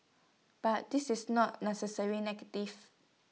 but this is not necessary negative